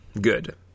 good